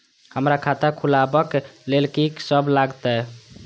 हमरा खाता खुलाबक लेल की सब लागतै?